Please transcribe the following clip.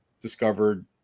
discovered